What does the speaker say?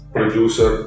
producer